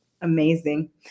amazing